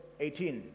18